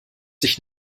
dich